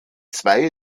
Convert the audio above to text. zwei